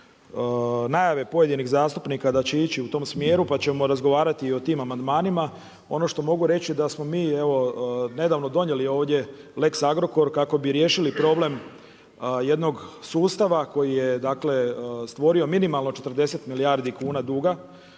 najave pojedinih zastupnika da će ići u tom smjeru pa ćemo razgovarati i o tim amandmanima. Ono što mogu reći da smo mi nedavno donijeli ovdje lex Agrokor kako bi riješili problem jednog sustava koji je stvorio minimalno 40 milijardi kuna duga,